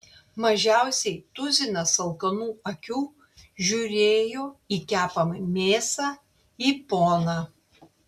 mažiausiai tuzinas alkanų akių žiūrėjo į kepamą mėsą į poną